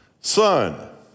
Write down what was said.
son